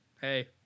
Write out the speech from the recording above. Hey